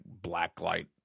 blacklight